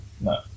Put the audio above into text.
no